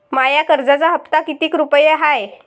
माया कर्जाचा हप्ता कितीक रुपये हाय?